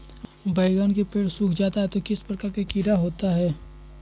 बैगन के पेड़ सूख जाता है तो किस प्रकार के कीड़ा होता है?